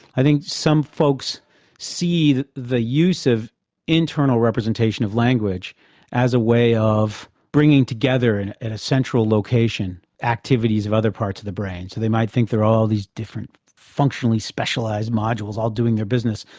i think some folks see the the use of internal representation of language as a way of bringing together in and a central location activities of other parts of the brain, so they might think there are all these different functionally specialised modules all doing their business,